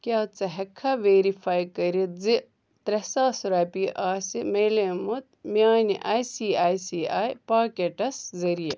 کیٛاہ ژٕ ہیٚکہِ کھا ویرِفاے کٔرِتھ زِ ترٛےٚ ساس رۄپیہِ آسہِ میلیٛامُت میٛانہِ آے سی آے سی آے پوٛاکیٚٹس ذریعہِ